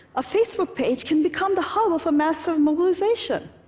a facebook page can become the hub of a massive mobilization.